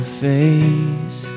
face